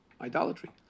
idolatry